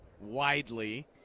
widely